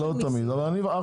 לא תמיד, אבל יש.